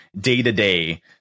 day-to-day